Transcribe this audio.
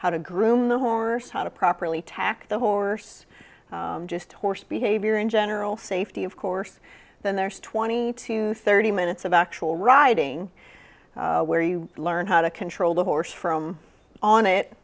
how to groom the horse how to properly tack the horse just horse behavior in general safety of course then there's twenty to thirty minutes of actual riding where you learn how to control the horse from on